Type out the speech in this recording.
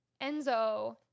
enzo